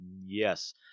Yes